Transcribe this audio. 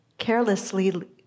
carelessly